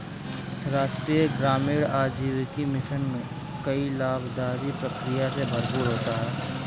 राष्ट्रीय ग्रामीण आजीविका मिशन कई लाभदाई प्रक्रिया से भरपूर होता है